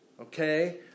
Okay